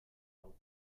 elk